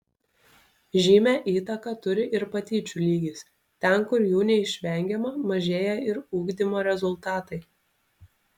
žymią įtaką turi ir patyčių lygis ten kur jų neišvengiama mažėja ir ugdymo rezultatai